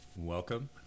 Welcome